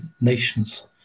nations